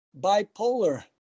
Bipolar